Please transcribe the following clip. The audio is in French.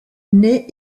naît